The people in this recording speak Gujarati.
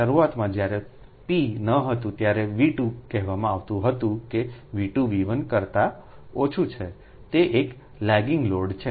શરૂઆતમાં જ્યારે p ન હતું ત્યારેV2 કહેવામાંઆવતું હતું કેV2 V1 કરતા ઓછું છેતે એક લેગિંગ લોડ છે